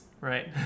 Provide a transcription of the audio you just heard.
right